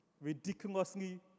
ridiculously